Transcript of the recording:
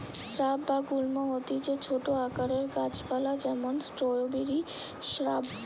shrub বা গুল্ম হতিছে ছোট আকারের গাছ পালা যেমন স্ট্রওবেরি শ্রাব